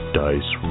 dice